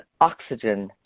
oxygen